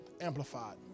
amplified